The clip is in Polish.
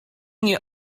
nie